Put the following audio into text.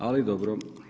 Ali dobro.